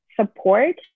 support